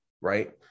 right